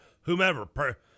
whomever